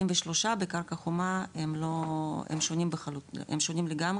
73, בקרקע חומה הם שונים לגמרי,